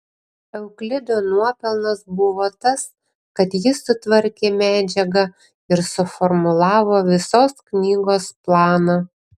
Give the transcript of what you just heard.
euklido nuopelnas buvo tas kad jis sutvarkė medžiagą ir suformulavo visos knygos planą